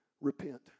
Repent